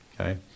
Okay